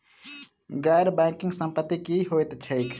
गैर बैंकिंग संपति की होइत छैक?